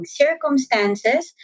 circumstances